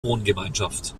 wohngemeinschaft